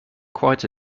quite